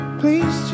please